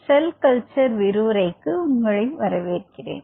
cell culture விரிவுரைக்கு உங்களை வரவேற்கிறேன்